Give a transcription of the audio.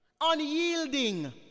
unyielding